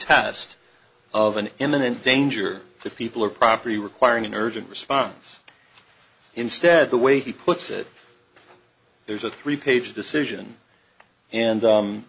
test of an imminent danger to people or property requiring an urgent response instead the way he puts it there's a three page decision and